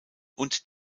und